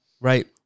Right